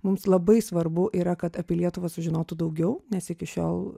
mums labai svarbu yra kad apie lietuvą sužinotų daugiau nes iki šiol